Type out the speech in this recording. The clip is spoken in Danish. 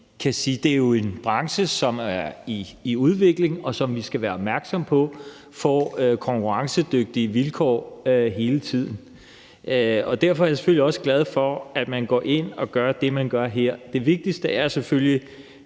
jo er en branche, som er i udvikling, og som vi hele tiden skal være opmærksomme på får konkurrencedygtige vilkår. Derfor er jeg selvfølgelig også glad for, at man går ind og gør det, man gør her. Det vigtigste er selvfølgelig